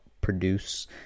produce